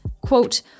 quote